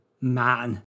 man